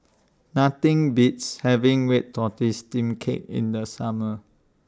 Nothing Beats having Red Tortoise Steamed Cake in The Summer